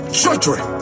children